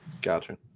gotcha